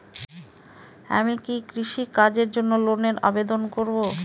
আমি কি কৃষিকাজের জন্য লোনের আবেদন করব?